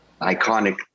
iconic